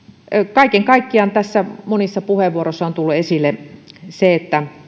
kaiken kaikkiaan tässä monissa puheenvuoroissa on tullut esille se että